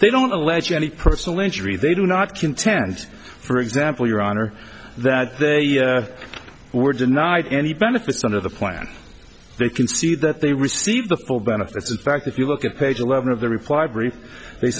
they don't allege any personal injury they do not contend for example your honor that they were denied any benefits under the plan they can see that they received the full benefits in fact if you look at page eleven of the